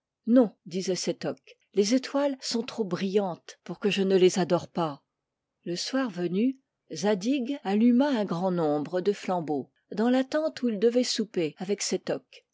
non disait sétoc les étoiles sont trop brillantes pour que je ne les adore pas le soir venu zadig alluma un grand nombre de flambeaux dans la tente où il devait souper avec sétoc et